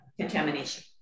contamination